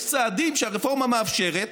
יש צעדים שהרפורמה מאפשרת